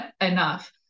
enough